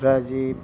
Rajiv